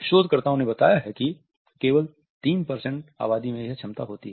शोधकर्ताओं ने बताया है कि केवल 3 आबादी में यह क्षमता होती है